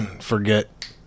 forget